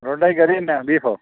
പൊറോട്ടായ്ക്ക് കറിയെന്നാ ബീഫോ